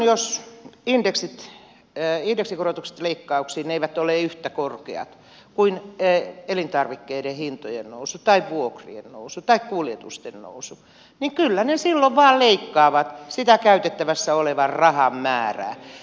jos indeksikorotukset leikkauksiin eivät ole yhtä korkeat kuin elintarvikkeiden hintojen nousu tai vuokrien nousu tai kuljetusten nousu niin kyllä ne silloin vain leikkaavat sitä käytettävässä olevan rahan määrää